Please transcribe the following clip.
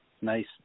Nice